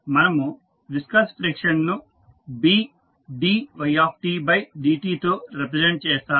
మనము viscous friction ను Bdytdt తో రిప్రజెంట్ చేస్తాము